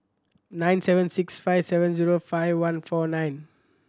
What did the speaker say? nine seven six five seven zero five one four nine